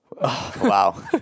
Wow